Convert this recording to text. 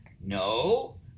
No